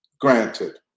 granted